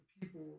people